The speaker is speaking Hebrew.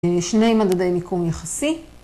שני מדדי מיקום יחסי.